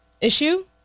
issue